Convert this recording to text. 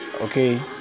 okay